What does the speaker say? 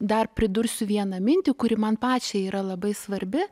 dar pridursiu vieną mintį kuri man pačiai yra labai svarbi